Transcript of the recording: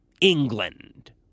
England